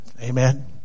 Amen